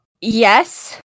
yes